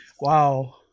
Wow